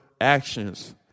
actions